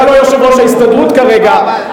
אתה לא יושב-ראש ההסתדרות כרגע,